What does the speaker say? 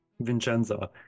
Vincenza